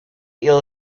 eel